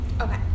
okay